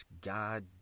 God